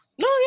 No